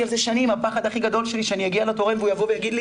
על זה שנים הפחד הכי גדול שלי שאני אגיע לתורם והוא יגיד לי